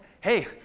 Hey